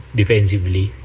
defensively